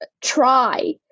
try